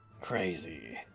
Crazy